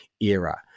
era